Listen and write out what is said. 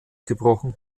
gebrochen